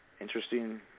Interesting